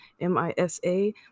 m-i-s-a